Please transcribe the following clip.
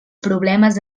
problemes